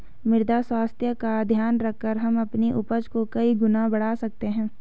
मृदा स्वास्थ्य का ध्यान रखकर हम अपनी उपज को कई गुना बढ़ा सकते हैं